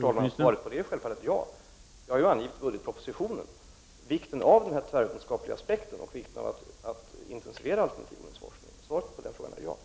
Herr talman! Jag har i budgetpropositionen betonat vikten av den tvärvetenskapliga aspekten och vikten av att intensifiera alternativodlingsforskningen.